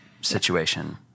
situation